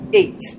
eight